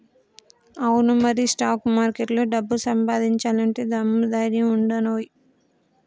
అవును మరి స్టాక్ మార్కెట్లో డబ్బు సంపాదించాలంటే దమ్ము ధైర్యం ఉండానోయ్